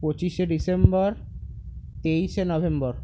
পঁচিশে ডিসেম্বর তেইশে নভেম্বর